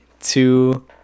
two